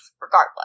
regardless